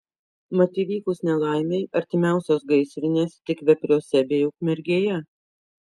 mat įvykus nelaimei artimiausios gaisrinės tik vepriuose bei ukmergėje